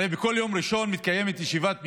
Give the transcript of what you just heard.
הרי בכל יום ראשון מתקיימת ישיבת ממשלה,